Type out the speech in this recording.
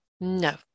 No